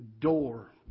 door